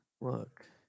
look